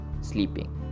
sleeping